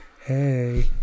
Hey